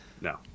No